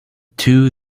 two